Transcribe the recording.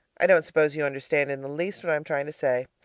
i don't suppose you understand in the least what i am trying to say.